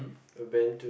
I'd been to